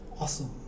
Awesome